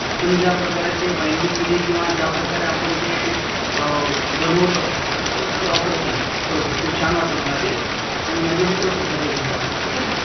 आपण ज्या प्रकारे ते बाईंडिंग केली किंवा ज्या प्रकारे आपण ते बनवलं ते तर सर अप्रतिम खरोखर खूप छान वाटलं मला ते आणि माझे मित्रसुद्धा ते घेणार आहे ठीक आहे सर